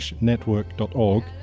network.org